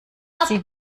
sie